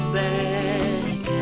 back